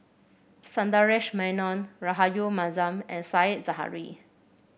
Sundaresh Menon Rahayu Mahzam and Said Zahari